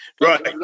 Right